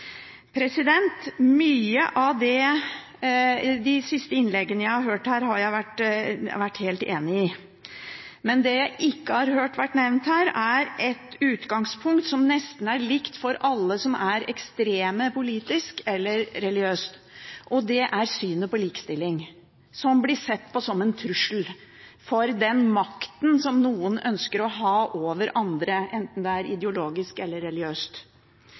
Mye i de siste innleggene jeg har hørt her, er jeg helt enig i. Men det jeg ikke har hørt vært nevnt her, er et utgangspunkt som er nesten likt for alle som er ekstreme politisk eller religiøst, og det er synet på likestilling, som blir sett på som en trussel mot den makten som noen ønsker å ha over andre, enten det er ideologisk eller religiøst.